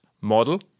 model